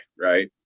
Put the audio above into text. right